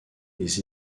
des